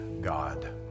God